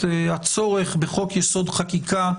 הצורך בחוק יסוד: חקיקה,